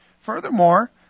furthermore